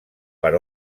per